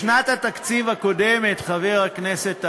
בשנת התקציב הקודמת, חבר הכנסת אראל,